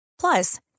Plus